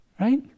Right